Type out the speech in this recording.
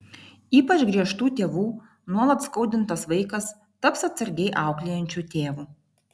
ypač griežtų tėvų nuolat skaudintas vaikas taps atsargiai auklėjančiu tėvu